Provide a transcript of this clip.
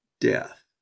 death